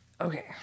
Okay